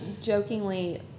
jokingly